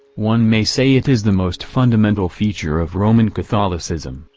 one may say it is the most fundamental feature of roman catholicism,